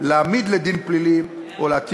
אתם צריכים להגדיל את ההשקעות בחינוך ולהגדיל